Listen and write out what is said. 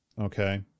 Okay